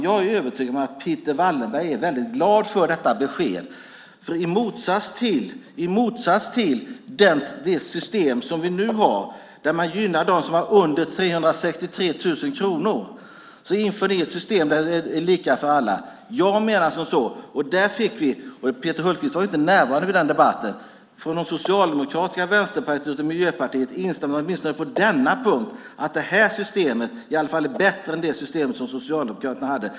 Jag är övertygad om att Peter Wallenberg är glad för detta besked. I motsats till det system vi nu har där man gynnar dem som har under 363 000 kronor vill ni införa ett system där det är lika för alla. Peter Hultqvist var inte närvarande vid den debatt där Socialdemokraterna, Vänsterpartiet och Miljöpartiet instämde åtminstone på en punkt, nämligen att detta system i alla fall är bättre än det system som Socialdemokraterna hade.